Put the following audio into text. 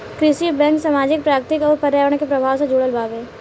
कृषि बैंक सामाजिक, प्राकृतिक अउर पर्यावरण के प्रभाव से जुड़ल बावे